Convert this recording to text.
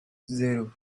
zero